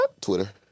Twitter